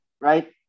Right